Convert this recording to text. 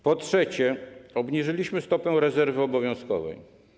Po trzecie, obniżyliśmy stopę rezerwy obowiązkowej.